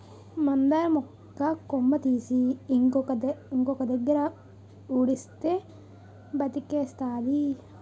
మందార మొక్క కొమ్మ తీసి ఇంకొక దగ్గర ఉడిస్తే బతికేస్తాది